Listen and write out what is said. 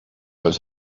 was